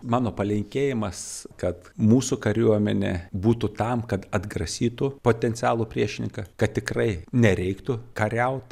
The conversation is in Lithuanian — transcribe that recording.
mano palinkėjimas kad mūsų kariuomenė būtų tam kad atgrasytų potencialų priešininką kad tikrai nereiktų kariaut